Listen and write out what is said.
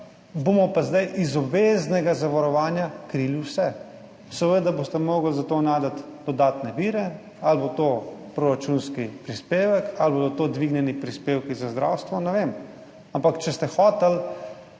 bomo pa zdaj iz obveznega zavarovanja krili vse. Seveda boste morali za to najti dodatne vire, ali bo to proračunski prispevek ali bodo to dvignjeni prispevki za zdravstvo, ne vem, ampak če ste hoteli